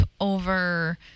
over